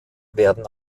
werden